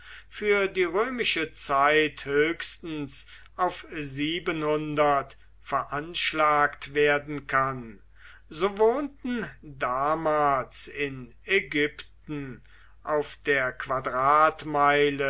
für die römische zeit höchstens auf veranschlagt werden kann so wohnten damals in ägypten auf der